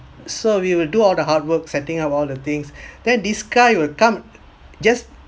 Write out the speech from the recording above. so we will do all the hard work setting up all the things then this guy will come just